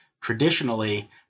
traditionally